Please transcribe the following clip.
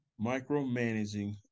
Micromanaging